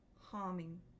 harming